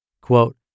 Quote